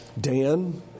Dan